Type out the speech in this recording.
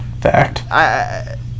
Fact